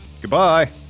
Goodbye